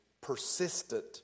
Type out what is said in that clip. persistent